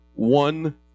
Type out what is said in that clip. one